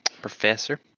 professor